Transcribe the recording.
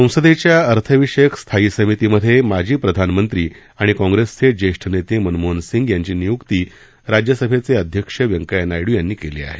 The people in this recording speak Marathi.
संसदेच्या अर्थविषयक स्थायी समितीमधे माजी प्रधानमंत्री आणि काँग्रेसचे ज्येष्ठ नेते मनमोहन सिंग यांची नियुक्ती राज्यसभेचे अध्यक्ष व्यंकय्या नायडू यांनी केली आहे